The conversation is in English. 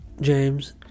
James